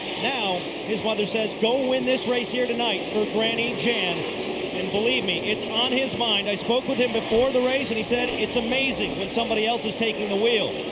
now his mother says go win this race here tonight for granny jan and believe me, it's on his mind. i spoke with him before the race and he said, it's amazing that somebody else is taking the wheel,